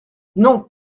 non